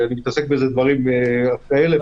אני מתעסק בדברים כאלה,